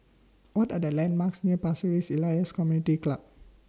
What Are The landmarks near Pasir Ris Elias Community Club